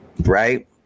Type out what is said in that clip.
Right